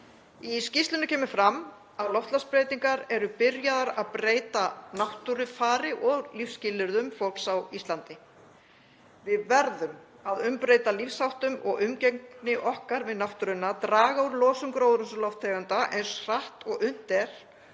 Í skýrslunni kemur fram að loftslagsbreytingar eru byrjaðar að breyta náttúrufari og lífsskilyrðum fólks á Íslandi. Við verðum að umbreyta lífsháttum og umgengni okkar við náttúruna, draga úr losun gróðurhúsalofttegunda eins hratt og unnt